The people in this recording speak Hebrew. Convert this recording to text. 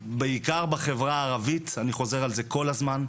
בעיקר בחברה הערבית, אני חוזר על זה כל הזמן.